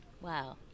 wow